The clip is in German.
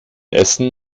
essen